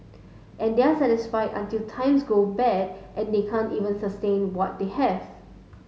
and they are satisfied until times go bad and they can't even sustain what they have